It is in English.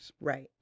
Right